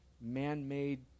man-made